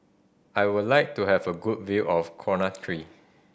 I would like to have a good view of Conatre